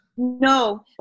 No